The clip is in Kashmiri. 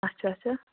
اَچھا اَچھا